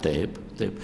taip taip